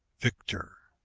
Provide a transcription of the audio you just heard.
victor!